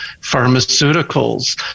pharmaceuticals